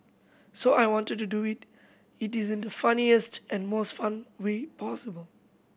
so I wanted to do it in the funniest and most fun way possible